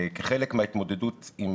כחלק מההתמודדות עם